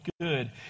good